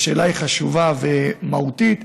שהשאלה היא חשובה ומהותית,